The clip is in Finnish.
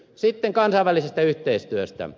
sitten kansainvälisestä yhteistyöstä